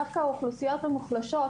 דווקא האוכלוסיות המוחלשות,